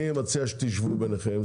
אני מציע שתשבו ביניכם,